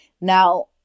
Now